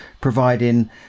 providing